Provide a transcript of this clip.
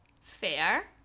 Fair